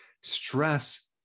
Stress